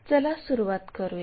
चला सुरूवात करूया